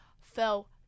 fell